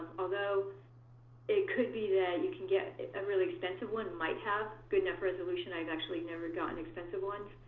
although it could be that you can get a really expensive one might have good enough resolution. i've actually never gotten expensive ones.